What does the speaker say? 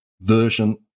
version